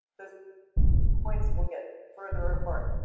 those points will get further apart.